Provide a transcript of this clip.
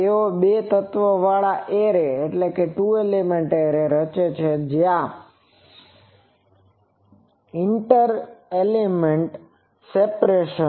તેઓ બે તત્વવાળો એરે રચે છે જ્યાં ઇન્ટર એલિમેન્ટ સેપરેસન એ θg2 છે